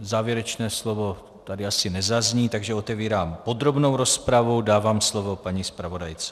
Závěrečné slovo ani nezazní, takže otevírám podrobnou rozpravu, dávám slovo paní zpravodajce.